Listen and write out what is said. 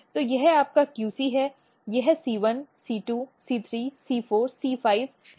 तो यह आपका QC है यह c 1 c 2 c 3 c 4 c 5 है